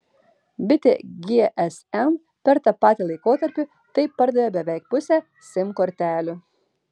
bitė gsm per tą patį laikotarpį taip pardavė beveik pusę sim kortelių